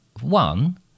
one